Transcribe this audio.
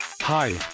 Hi